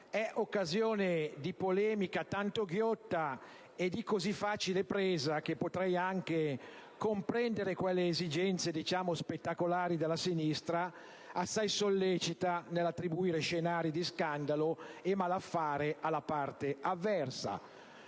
è occasione di polemica tanto ghiotta e di così facile presa che potrei anche comprendere quelle esigenze spettacolari - chiamiamole così - della sinistra, assai sollecita nell'attribuire scenari di scandalo e malaffare alla parte avversa.